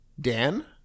Dan